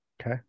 Okay